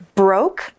broke